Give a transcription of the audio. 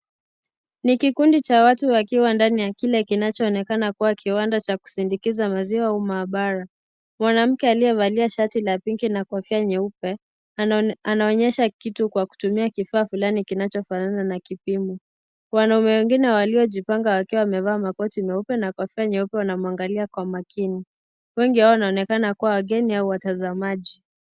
Ni kikundi cha watu wakiwa ndani ya kile kinachoonekana kuwa kiwanda cha kusindikiza maziwa au maabara, mwanamke aliyevalia shati ya pinki na kofia nyeupe anaonyesha kitu kwa kutumia kifaa fulani kinachofanana na kipimo wanaume wengine waliojipanga wakiwa wamevaa makoti nyeupe na kofia vyeupe wanamwangalia kwa makini wengi wao wanaonekana kuwa wageni au watazamaji.